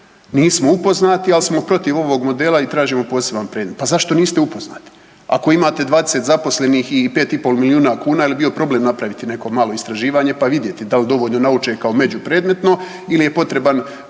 Nismo upoznati, ali smo protiv ovog modela i tražimo poseban predmet. Pa zašto niste upoznati ako imate 20 zaposlenih i 5 i pol milijuna kuna jel' bio problem napraviti neko malo istraživanje pa vidjeti da li dovoljno nauče kao međupredmetno ili je potreban